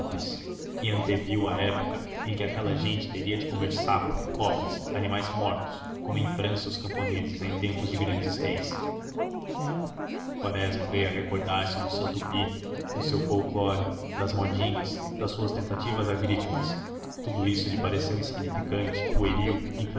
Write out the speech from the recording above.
lúgubre e anteviu a época em que aquela gente teria de comer sapos cobras animais mortos como em frança os camponeses em tempos de grandes reis quaresma veio a recordar-se do seu tupi do seu folklore das modinhas das suas tentativas agrícolas tudo isso lhe pareceu insignificante pueril